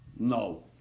No